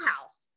house